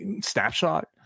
snapshot